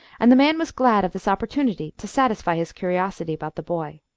and the man was glad of this opportunity to satisfy his curiosity about the boy.